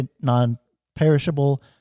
non-perishable